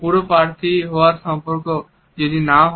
পুরো প্রার্থী হওয়ার সম্পর্কে যদি নাও হয়